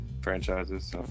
franchises